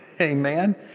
Amen